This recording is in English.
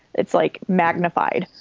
it's like magnified.